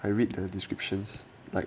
I read the descriptions like